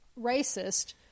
racist